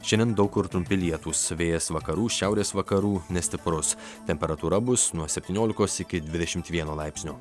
šiandien daug kur trumpi lietūs vėjas vakarų šiaurės vakarų nestiprus temperatūra bus nuo septyniolikos iki dvidešimt vieno laipsnio